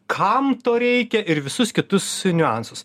kam to reikia ir visus kitus niuansus